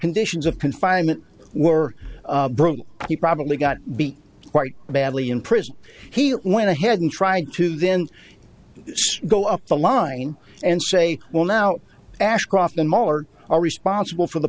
conditions of confinement were brutal he probably got beat quite badly in prison he went ahead and try to then go up the line and say well now ashcroft and muller are responsible for the